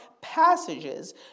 passages